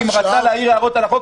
אם רצה להעיר הערות על החוק,